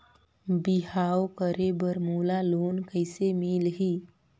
बिहाव करे बर मोला लोन कइसे मिलही?